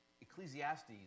Ecclesiastes